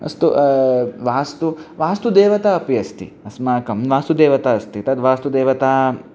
अस्तु वास्तु वास्तुदेवता अपि अस्ति अस्माकं वास्तुदेवता अस्ति तद् वास्तुदेवता